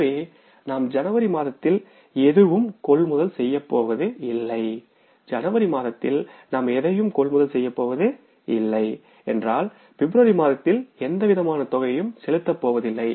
எனவே நாம் ஜனவரி மாதத்தில் எதுவும் கொள்முதல் செய்யப்போவதில்லைஜனவரி மாதத்தில் நாம் எதையும் கொள்முதல் செய்யப்போவதில்லை என்றால் பிப்ரவரி மாதத்தில் எந்தவிதமான தொகையும் செலுத்தப் போவதில்லை